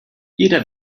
jeder